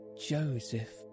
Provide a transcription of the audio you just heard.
Joseph